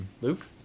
Luke